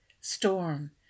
storm